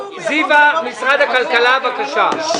זיוה, משרד הכלכלה, בבקשה.